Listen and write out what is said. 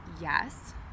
yes